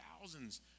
thousands